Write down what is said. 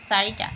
চাৰিটা